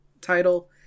title